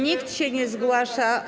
Nikt się nie zgłasza.